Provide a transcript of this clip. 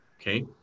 Okay